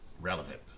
relevant